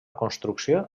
construcció